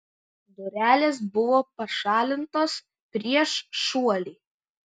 durelės buvo pašalintos prieš šuolį